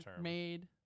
made